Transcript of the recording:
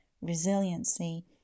resiliency